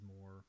more